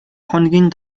хоногийн